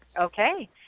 Okay